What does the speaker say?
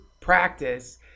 practice